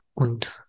Und